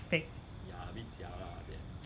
fake